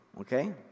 okay